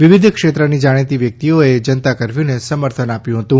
વિવિધ ક્ષેત્રની જાણીતી વ્યક્તિઓએ જનતા કરફયુને સમર્થન આપ્યું હતું